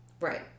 Right